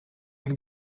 jak